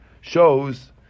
shows